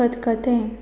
खतखतें